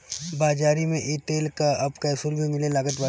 बाज़ारी में इ तेल कअ अब कैप्सूल भी मिले लागल बाटे